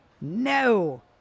No